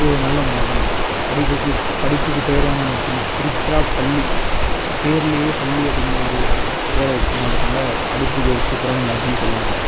அது ஒரு நல்ல மாவட்டம் தான் படிப்புக்கு படிப்புக்கு பேர் வாங்கின மட்டும் தான் திருச்சிராப்பள்ளி பேர்லியே பள்ளி அப்படின்னு ஒரு பேரை வச்ச மாவட்டத்துனால படிப்புக்கு ஒரு சூப்பரான மாவட்டன்னே சொல்லாம் அதை